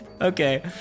okay